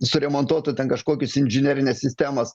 suremontuotų ten kažkokius inžinerines sistemas